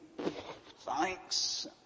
thanks